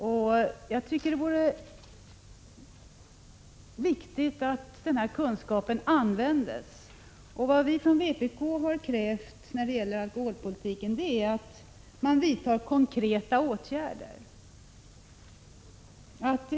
Det vore viktigt om den kunskapen användes. Vad vi från vpk har krävt när det gäller alkoholpolitiken är att konkreta åtgärder vidtas.